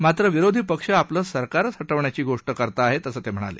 मात्र विरोधी पक्ष आपलं सरकार हटवण्याची गोष्ट करत आहे असं ते म्हणाले